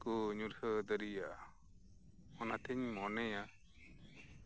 ᱠᱚ ᱧᱩᱨᱦᱟᱹ ᱫᱟᱲᱮᱣᱟᱜᱼᱟ ᱚᱱᱟᱛᱤᱧ ᱢᱚᱱᱮᱭᱟ